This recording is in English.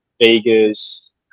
Vegas